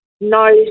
no